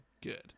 Good